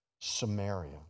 Samaria